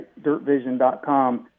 DirtVision.com